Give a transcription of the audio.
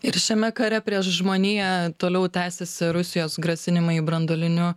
ir šiame kare prieš žmoniją toliau tęsiasi rusijos grasinimai branduoliniu